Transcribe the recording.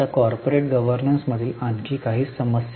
आता कॉर्पोरेट गव्हर्नन्समधील आणखी काही समस्या